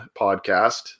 podcast